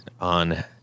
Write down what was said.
on